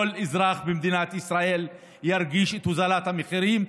כל אזרח במדינת ישראל ירגיש את הורדת המחירים,